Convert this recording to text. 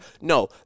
No